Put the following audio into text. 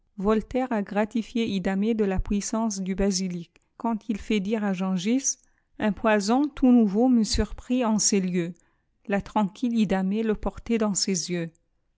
voltaire a gratifié idamé de la puissance du basilic quand il fait dire à gengis un poison tout nouveau me surprit en ces lieux la iranquilie idamé le portait dans ses yeux